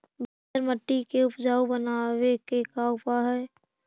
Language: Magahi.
बंजर मट्टी के उपजाऊ बनाबे के का उपाय है?